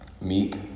Meek